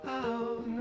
out